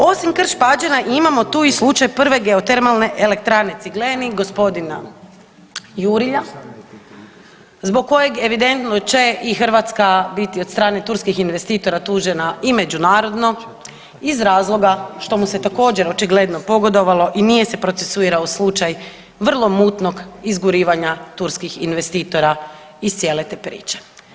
Osim Krš-Pađena imamo tu i slučaj prve Geotermalne elektrane Ciglenik g. Jurilja zbog kojeg evidentno će i Hrvatska biti od strane turskih investitora tužena i međunarodno iz razloga što mu se također očigledno pogodovalo i nije se procesuirao slučaj vrlo mutnog izgurivanja turskih investitora iz cijele te priče.